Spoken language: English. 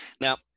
Now